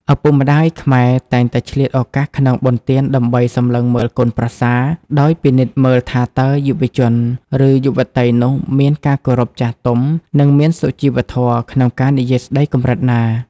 ឪពុកម្ដាយខ្មែរតែងតែឆ្លៀតឱកាសក្នុងបុណ្យទាន ដើម្បី "សម្លឹងមើលកូនប្រសា" ដោយពិនិត្យមើលថាតើយុវជន ឬយុវតីនោះមានការគោរពចាស់ទុំ និងមានសុជីវធម៌ក្នុងការនិយាយស្តីកម្រិតណា។